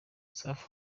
safi